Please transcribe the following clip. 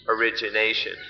origination